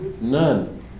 None